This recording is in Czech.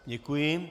Děkuji.